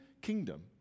kingdom